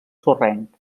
sorrenc